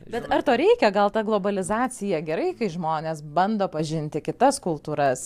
bet ar to reikia gal ta globalizacija gerai kai žmonės bando pažinti kitas kultūras